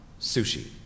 sushi